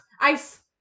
Ice